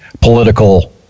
political